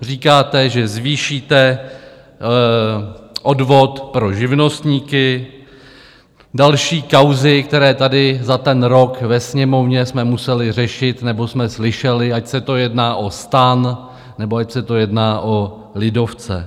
Říkáte, že zvýšíte odvod pro živnostníky, další kauzy, které tady za ten rok ve Sněmovně jsme museli řešit nebo jsme slyšeli, ať se to jedná o STAN, nebo ať se to jedná o lidovce.